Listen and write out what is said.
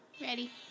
Ready